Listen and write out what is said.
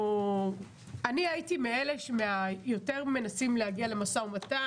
אני הייתי מאלה שיותר מנסים להגיע למשא ומתן,